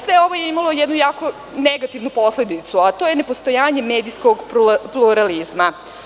Sve ovo je imalo jednu jako negativnu posledicu, a to je nepostojanje medijskog pluralizma.